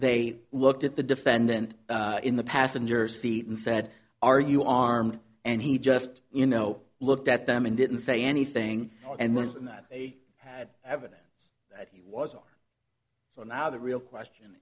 they looked at the defendant in the passenger seat and said are you armed and he just you know looked at them and didn't say anything and went in that they had evidence that he was our so now the real question